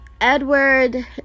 Edward